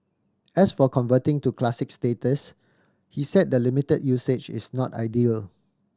as for converting to Classic status he said the limited usage is not ideal